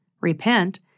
repent